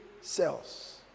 cells